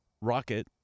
Rocket